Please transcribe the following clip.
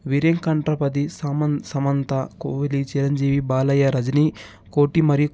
విర్యాంకంటపతి సమంతా సమంతా కోహ్లీ చిరంజీవి బాలయ్య రజని కోటి మరియు